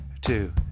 two